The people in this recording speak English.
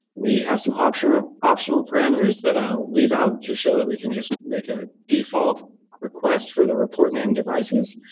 we have some optional optional parameters that i'll leave out to show that we can just make a default request for the report name devices,